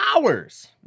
hours